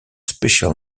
special